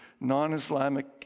non-Islamic